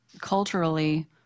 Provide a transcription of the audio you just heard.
culturally